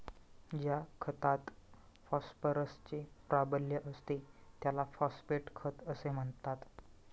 ज्या खतात फॉस्फरसचे प्राबल्य असते त्याला फॉस्फेट खत असे म्हणतात